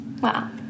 Wow